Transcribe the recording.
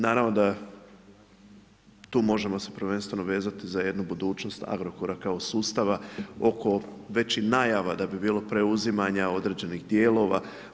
Naravno da tu možemo se prvenstveno vezati za jednu budućnost Agrokora kao sustava oko već i najava da bi bilo preuzimanja određenih dijelova.